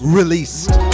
released